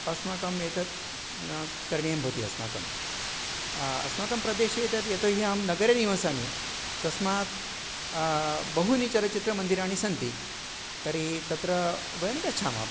अस्माकम् एतत् करणीयं भवति अस्माकम् अस्माकं प्रदेशे एतद् यतो हि अहं नगरे निवसामि तस्मात् बहूनि चलच्चित्रमन्दिराणि सन्ति तर्हि तत्र वयं गच्छामः